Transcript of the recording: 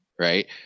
Right